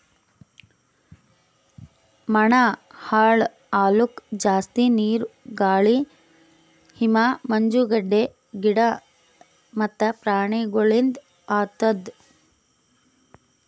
ಮಣ್ಣ ಹಾಳ್ ಆಲುಕ್ ಜಾಸ್ತಿ ನೀರು, ಗಾಳಿ, ಹಿಮ, ಮಂಜುಗಡ್ಡೆ, ಗಿಡ ಮತ್ತ ಪ್ರಾಣಿಗೊಳಿಂದ್ ಆತುದ್